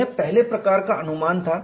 यह पहले प्रकार का अनुमान था